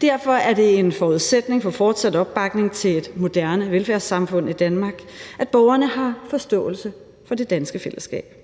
Derfor er det en forudsætning for fortsat opbakning til et moderne velfærdssamfund i Danmark, at borgerne har forståelse for det danske fællesskab.